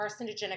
carcinogenic